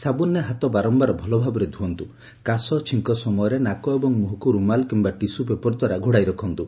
ସାବୁନରେ ହାତ ବାରମ୍ୟାର ଭଲଭାବରେ ଧୁଅନ୍ତୁ କାଶ ଛିଙ୍କ ସମୟରେ ନାକ ଏବଂ ମୁହଁକୁ ରୁମାଲ୍ କିମ୍ବା ଟିସୁ ପେପରଦ୍ୱାରା ଘୋଡ଼ାଇ ରଖନ୍ତୁ